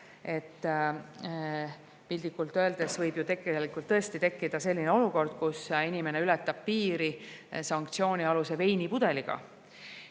Piltlikult öeldes võib ju tõesti tekkida selline olukord, kus inimene ületab piiri sanktsioonialuse veinipudeliga.